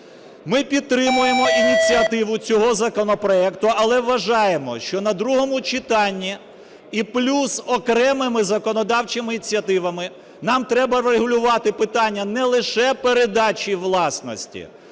Ми підтримуємо ініціативу цього законопроекту, але вважаємо, що на другому читанні і плюс окремими законодавчими ініціативами нам треба регулювати питання не лише передачі і власності,